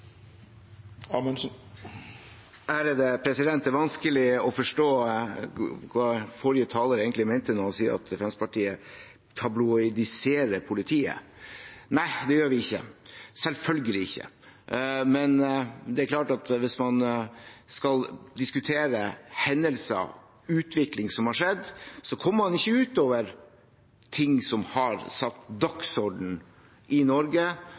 egentlig mente da han sa at Fremskrittspartiet tabloidiserer politiet. Det gjør vi ikke, selvfølgelig ikke. Men det er klart at hvis man skal diskutere hendelser og en utvikling som har skjedd, kommer man ikke utenom ting som har satt dagsordenen i Norge,